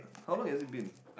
how long has it been